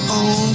on